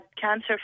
cancer